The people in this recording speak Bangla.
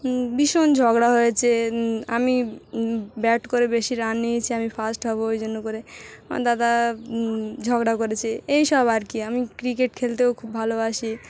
ভীষণ ঝগড়া হয়েছে আমি ব্যাট করে বেশি রান নিয়েছি আমি ফার্স্ট হবো ওই জন্য করে আমার দাদা ঝগড়া করেছে এই সব আর কি আমি ক্রিকেট খেলতেও খুব ভালোবাসি